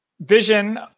Vision